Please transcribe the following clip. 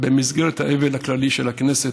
במסגרת האבל הכללי של הכנסת,